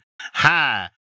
hi